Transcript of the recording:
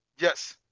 Yes